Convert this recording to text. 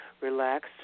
relaxed